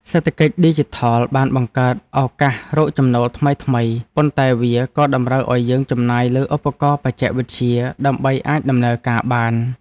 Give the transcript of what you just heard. សេដ្ឋកិច្ចឌីជីថលបានបង្កើតឱកាសរកចំណូលថ្មីៗ ប៉ុន្តែវាក៏តម្រូវឱ្យយើងចំណាយលើឧបករណ៍បច្ចេកវិទ្យាដើម្បីអាចដំណើរការបាន។